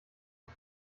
und